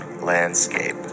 landscape